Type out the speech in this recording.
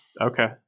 okay